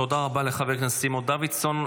תודה רבה לחבר הכנסת סימון דוידסון.